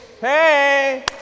hey